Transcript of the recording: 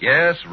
Yes